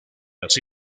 las